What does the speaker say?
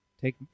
take